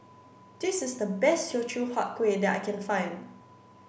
this is the best Teochew Huat Kuih that I can find